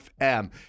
fm